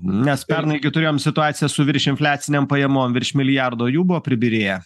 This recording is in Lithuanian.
nes pernai gi turėjom situaciją su viršinfliacinėm pajamom virš milijardo jų buvo pribyrėję